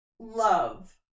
love